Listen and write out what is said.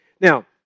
Now